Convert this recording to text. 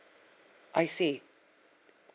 I see